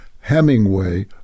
Hemingway